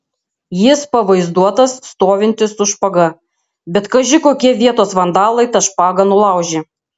jis pavaizduotas stovintis su špaga bet kaži kokie vietos vandalai tą špagą nulaužė